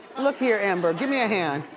look here amber, give me a hand.